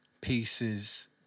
pieces